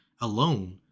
alone